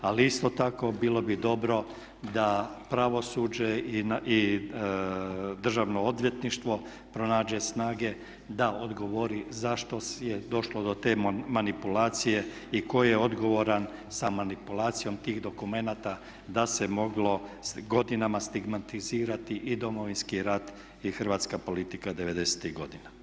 Ali isto tako bilo bi dobro da pravosuđe i Državno odvjetništvo pronađe snage da odgovori zašto je došlo do te manipulacije i tko je odgovoran sa manipulacijom tih dokumenata da se moglo godinama stigmatizirati i Domovinski rat i hrvatska politika '90-ih godina.